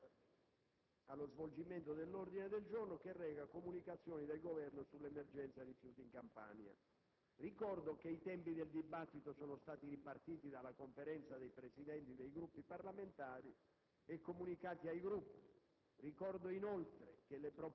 apre una nuova finestra"). L'ordine del giorno reca: «Comunicazioni del Governo sull'emergenza rifiuti in Campania». Ricordo che i tempi del dibattito sono stati ripartiti dalla Conferenza dei Presidenti dei Gruppi parlamentari e comunicati ai Gruppi.